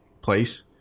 place